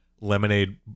lemonade